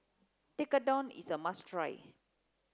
Tekkadon is a must try